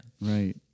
Right